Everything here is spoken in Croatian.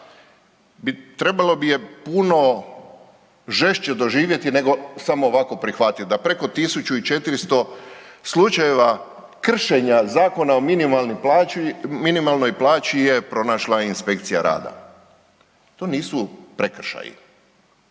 trebalo bi je puno žešće doživjeti nego samo ovako prihvatiti da preko 1.400 slučajeva kršenja Zakona o minimalnoj plaći je pronašla inspekcija rada. To nisu prekršaji,